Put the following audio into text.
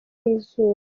y’izuba